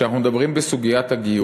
כשאנחנו מדברים בסוגיית הגיור,